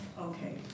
okay